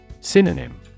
Synonym